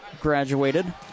graduated